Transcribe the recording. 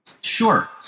Sure